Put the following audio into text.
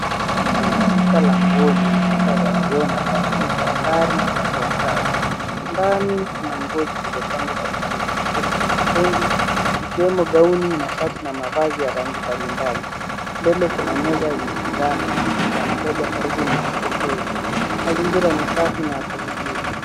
Hii ni duka la nguo lenye kuta za vioo na taa nyingi za dari zinazoangaza. Ndani kuna nguo zilizopangwa kwa mpagilio mzuri kwenye stendi zikiwemo gauni, mashati na mavazi ya rangi mbalimbali. Mbele kuna meza enye bidhaa na kiti ca mteja karibu na mapokezi. Mazingira ni safi na ya kuvutia.